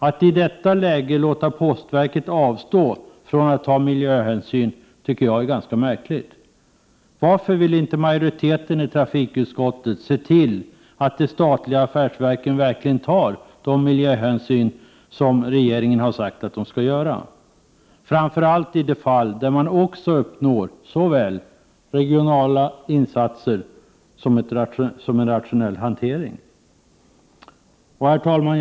Att man i detta läge låter postverket avstå från att ta miljöhänsyn är ganska märkligt. Varför vill inte majoriteten i trafikutskottet se till att de statliga affärsverken tar miljöhänsyn av det slag som regeringen har sagt att verken skall ta, framför allt i de fall där man uppnår såväl regionala insatser som en rationell hantering? Herr talman!